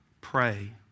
Pray